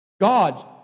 God's